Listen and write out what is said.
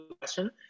question